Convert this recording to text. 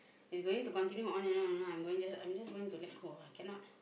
they going to continue on and on and on I'm going just I'm just going to let go cannot